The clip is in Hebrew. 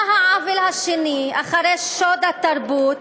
מה העוול השני, אחרי שוד התרבות?